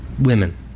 women